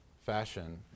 fashion